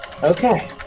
Okay